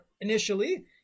initially